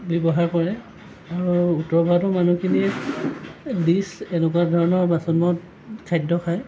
ব্যৱহাৰ কৰে আৰু উত্তৰ ভাৰতৰ মানুহখিনিয়ে ডিচ এনেকুৱা ধৰণৰ বাচনত খাদ্য খায়